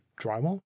drywall